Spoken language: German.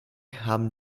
haben